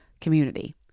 community